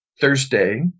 Thursday